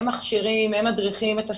הן מכשירות ומדריכות את הסייעות,